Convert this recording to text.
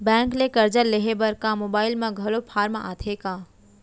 Bank ले करजा लेहे बर का मोबाइल म घलो फार्म आथे का?